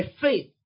faith